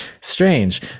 Strange